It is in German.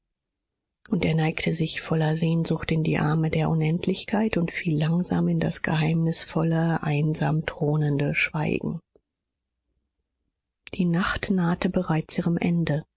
und er neigte sich voller sehnsucht in die arme der unendlichkeit und fiel langsam in das geheimnisvolle einsam thronende schweigen die nacht nahte bereits ihrem ende